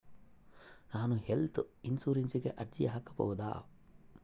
ನಾನು ಹೆಲ್ತ್ ಇನ್ಶೂರೆನ್ಸಿಗೆ ಅರ್ಜಿ ಹಾಕಬಹುದಾ?